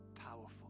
powerful